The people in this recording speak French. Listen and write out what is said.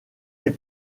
est